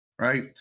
right